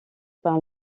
par